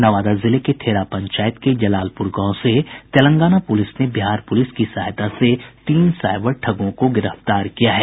नवादा जिले के ठेरा पंचायत के जलालपुर गांव से तेलंगाना पुलिस ने बिहार पुलिस की सहायता से तीन साईबर ठगों को गिरफ्तार किया है